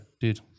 dude